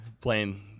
playing